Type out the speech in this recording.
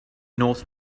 north